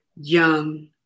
young